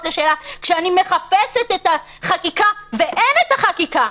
לשאלה אני מחפשת את החקיקה ואין את החקיקה.